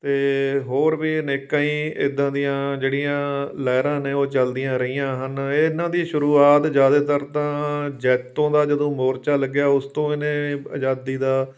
ਅਤੇ ਹੋਰ ਵੀ ਅਨੇਕਾਂ ਹੀ ਇੱਦਾਂ ਦੀਆਂ ਜਿਹੜੀਆਂ ਲਹਿਰਾਂ ਨੇ ਉਹ ਚੱਲਦੀਆਂ ਰਹੀਆਂ ਹਨ ਇਹਨਾਂ ਦੀ ਸ਼ੁਰੂਆਤ ਜ਼ਿਆਦਾਤਰ ਤਾਂ ਜੈਤੋਂ ਦਾ ਜਦੋਂ ਮੋਰਚਾ ਲੱਗਿਆ ਉਸ ਤੋਂ ਇਹਨੇ ਆਜ਼ਾਦੀ ਦਾ